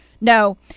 No